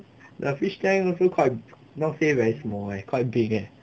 the fish tank also quite not say very small eh quite big eh